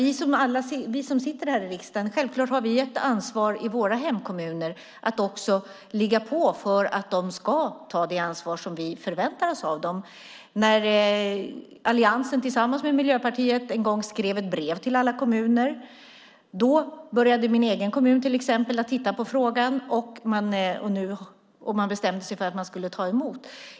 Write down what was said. Vi som sitter i riksdagen har självklart ett ansvar i våra hemkommuner att ligga på för att de ska ta det ansvar vi förväntar oss av dem. När alliansen tillsammans med Miljöpartiet en gång skrev ett brev till alla kommuner började till exempel min egen kommun att titta på frågan, och man bestämde sig för att man skulle ta emot.